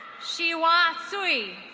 shi wan sui.